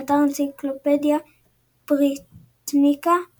באתר אנציקלופדיה בריטניקה ==